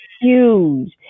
huge